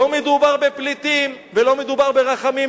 לא מדובר בפליטים ולא מדובר ברחמים.